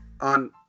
on